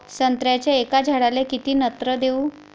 संत्र्याच्या एका झाडाले किती नत्र देऊ?